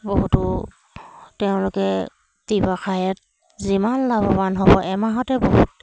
বহুতো তেওঁলোকে ব্যৱসায়ত যিমান লাভৱান হ'ব এমাহতে বহুত